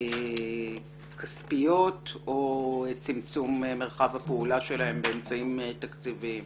כספיות או צמצום מרחב הפעולה שלהם באמצעים תקציביים.